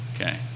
Okay